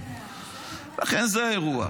לכן זה האירוע.